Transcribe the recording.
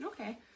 Okay